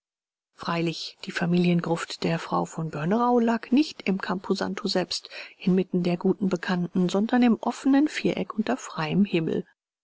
freilich die familiengruft der frau von börnerau lag nicht im camposanto selbst inmitten der guten bekannten sondern im offenen viereck unter freiem himmel